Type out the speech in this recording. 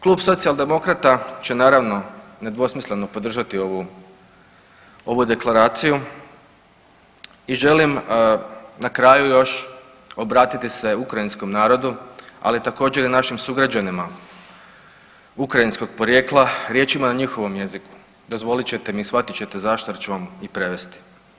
Klub Socijaldemokrata će naravno nedvosmisleno podržati ovu, ovu deklaraciju i želim na kraju još obratiti se ukrajinskom narodu, ali također i našim sugrađanima ukrajinskog porijekla riječima na njihovom jeziku, dozvolit ćete mi i shvatit ćete zašto jer ću vam i prevesti.